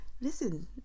listen